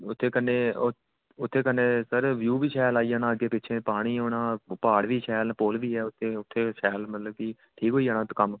उत्थै कन्नै उत्थै कन्नै सर व्यू बी शैल आई जाना अग्गेै पिच्छै पानी होना प्हाड़ बी शैल न पुल बी उत्थै शैल मतलब की ठीक होई जाना कम्म